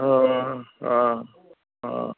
हा हा हा